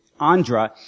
Andra